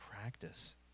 practice